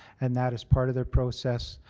and that is part of their process.